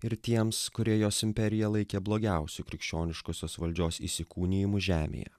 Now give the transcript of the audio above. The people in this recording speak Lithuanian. ir tiems kurie jos imperiją laikė blogiausiu krikščioniškosios valdžios įsikūnijimu žemėje